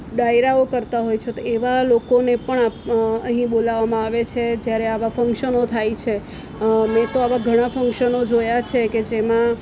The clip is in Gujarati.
ડાયરાઓ કરતા હોય છે તો એવા લોકોને પણ અહી બોલાવવામાં આવે છે જ્યારે આવા ફંકશનો થાય છે મેં તો આવાં ઘણાં ફંકશનો જોયા છે કે જેમાં